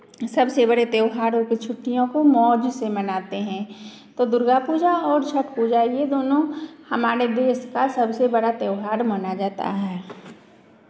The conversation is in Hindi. सबसे बड़े त्यौहारों को छुट्टियों को मौज से मनाते हैं तो दुर्गा पूजा और छठ पूजा ये दोनों हमारे देश का सबसे बड़ा त्यौहार माना जाता है